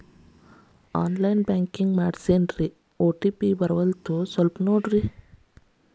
on line banking ಮಾಡಿಸ್ಕೊಂಡೇನ್ರಿ OTP ಬರ್ತಾಯಿಲ್ಲ ಸ್ವಲ್ಪ ನೋಡ್ರಿ